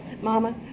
Mama